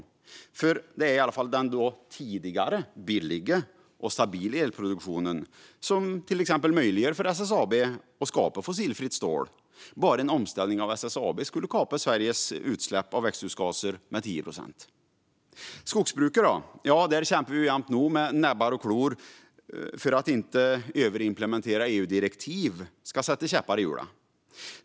Det är den i alla fall tidigare billiga och stabila elproduktionen som till exempel möjliggör för SSAB att skapa fossilfritt stål. Bara en omställning av SSAB skulle kapa Sveriges utsläpp av växthusgaser med 10 procent. Skogsbruket då? Där kämpar vi med näbbar och klor för att överimplementerade EU-direktiv inte ska sätta käppar i hjulen.